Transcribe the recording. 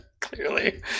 Clearly